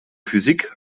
physik